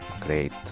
great